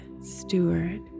steward